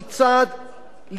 לפתור את הבעיה הזאת.